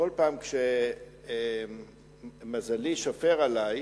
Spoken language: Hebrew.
כל פעם שמזלי שופר עלי,